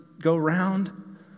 go-round